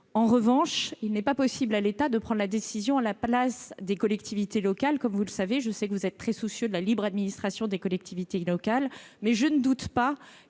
En revanche, il n'est pas possible pour l'État de prendre cette décision à la place des collectivités locales- je sais que vous êtes très soucieux de la libre administration des collectivités locales. Pour autant, je ne doute pas